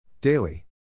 Daily